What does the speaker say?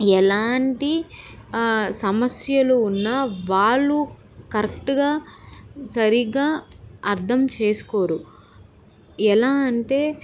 ఎలాంటి సమస్యలు ఉన్న వాళ్ళు కరెక్ట్గా సరిగ్గా అర్థం చేసుకోరు ఎలా అంటే